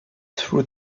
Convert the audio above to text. through